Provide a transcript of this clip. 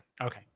Okay